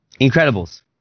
Incredibles